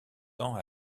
temps